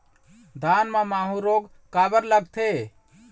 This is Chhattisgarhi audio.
धान म माहू रोग काबर लगथे?